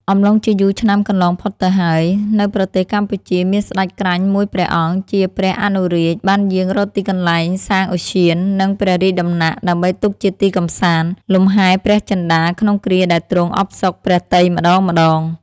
អំឡុងជាយូរឆ្នាំកន្លងផុតទៅហើយ នៅប្រទេសកម្ពុជាមានស្ដេចក្រាញ់មួយព្រះអង្គ ជាព្រះអនុរាជ បានយាងរកទីកន្លែងសាងឧទ្យាន និងព្រះរាជដំណាក់ ដើម្បីទុកជាទីកម្សាន្ត លំហែព្រះចិន្ដាក្នុងគ្រាដែលទ្រង់អផ្សុកព្រះទ័យម្ដងៗ ។។